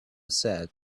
said